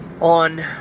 on